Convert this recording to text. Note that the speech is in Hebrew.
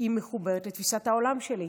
מחוברת לתפיסת העולם שלי?